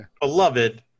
beloved